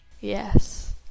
Yes